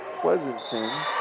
Pleasanton